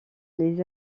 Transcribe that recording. les